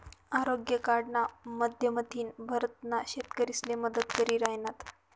आरोग्य कार्डना माध्यमथीन भारतना शेतकरीसले मदत करी राहिनात